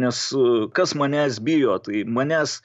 nes kas manęs bijo tai manęs